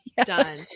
Done